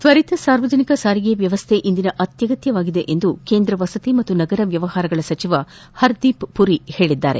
ತ್ವರಿತ ಸಾರ್ವಜನಿಕ ಸಾರಿಗೆ ವ್ಯವಸ್ಟೆ ಇಂದಿನ ಅತ್ವಗತ್ತವಾಗಿದೆ ಎಂದು ಕೇಂದ್ರ ವಸತಿ ಹಾಗೂ ನಗರ ವ್ಯವಹಾರಗಳ ಸಚಿವ ಹರ್ದೀಪ್ ಮರಿ ಹೇಳಿದ್ದಾರೆ